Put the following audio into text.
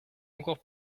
encore